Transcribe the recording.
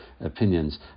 opinions